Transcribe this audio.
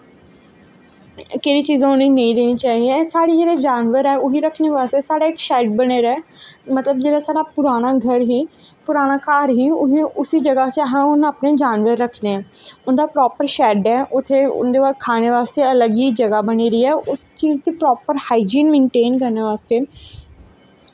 केह्ड़ी चीज़ां उ'नेंगी नेई द्नियां चाही दियां जेह्ड़े साढ़े जानवर ऐं ओह् बी रक्खनें आस्तै साढ़े इक्क शैड्ड बने दा ऐ मतलव जेह्ड़ा साढ़ा पुरानां घर हा उत्थें अस उस जानवर रक्खनें आं उंदा प्रापर शैड ऐ उत्थें उंदे खाने बास्तै अलग जगाह् बनी दी ऐ ते उस चीज़ गी प्रपर हाईजीन मेनटेन करने बास्ते